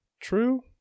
True